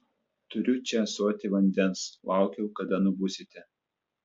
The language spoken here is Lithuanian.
turiu čia ąsotį vandens laukiau kada nubusite